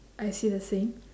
I see the same